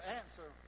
answer